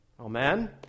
Amen